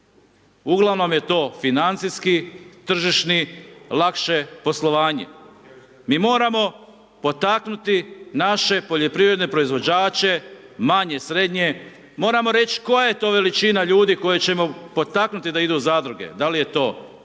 uglavnom je to financijski, tržišni, lakše poslovanje. Mi moramo potaknuti naše poljoprivredne proizvođače, manje, srednje, moramo reć koja je to veličina ljudi koje ćemo potaknuti da idu u zadruge, dal je to 5,